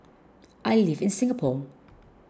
I live in Singapore